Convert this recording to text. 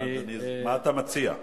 אדוני, מה אתה מציע?